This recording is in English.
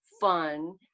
fun